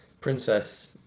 princess